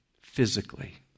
physically